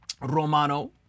Romano